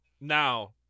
Now